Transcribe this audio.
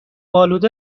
آلوده